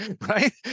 right